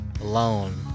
alone